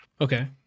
Okay